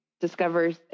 discovers